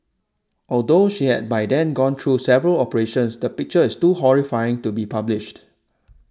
although she had by then gone through several operations the picture is too horrifying to be published